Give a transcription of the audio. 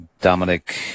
Dominic